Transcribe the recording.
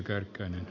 kannatan